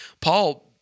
Paul